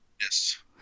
yes